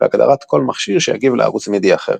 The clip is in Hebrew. והגדרת כל מכשיר שיגיב לערוץ מידי אחר.